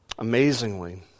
Amazingly